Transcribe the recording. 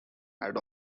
add